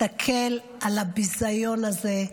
תסתכל על הביזיון הזה,